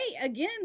again